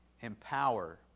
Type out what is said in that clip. empower